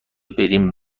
برین